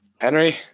Henry